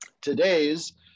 today's